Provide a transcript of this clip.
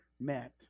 met